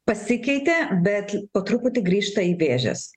pasikeitė bet po truputį grįžta į vėžes